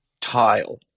tile